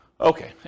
Okay